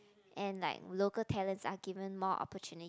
and like local talents are given more opportuni~